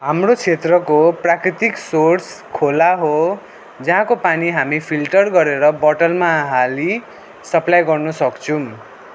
हाम्रो क्षेत्रको प्राकृतिक सोर्स खोला हो जहाँको पानी हामी फिल्टर गरेर बोतलमा हाली सप्लाई गर्नुसक्छौँ